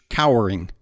cowering